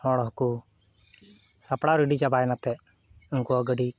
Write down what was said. ᱦᱚᱲ ᱦᱚᱸᱠᱚ ᱥᱟᱯᱲᱟᱣ ᱨᱮᱰᱤ ᱪᱟᱵᱟᱭᱮᱱᱟ ᱮᱛᱮᱫ ᱩᱱᱠᱩᱦᱚᱸ ᱜᱟᱹᱰᱤ